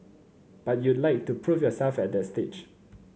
but you'd like to prove yourself at that stage